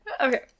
Okay